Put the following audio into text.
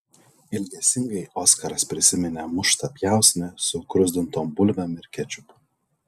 ilgesingai oskaras prisiminė muštą pjausnį su gruzdintom bulvėm ir kečupu